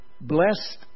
Blessed